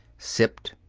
sipped,